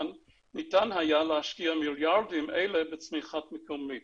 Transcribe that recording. ניתן היה להשקיע מיליארדים אלה בצמיחה מקומית